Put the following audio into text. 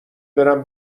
برم